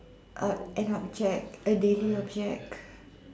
uh an object a daily object